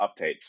updates